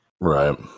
right